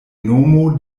nomo